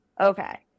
okay